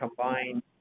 combine